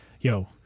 yo